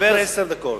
אני אדבר עשר דקות.